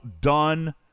done